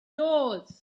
doors